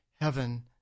heaven